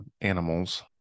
animals